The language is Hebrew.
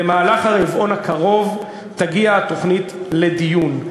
ברבעון הקרוב תגיע התוכנית לדיון.